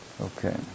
Okay